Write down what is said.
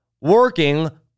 working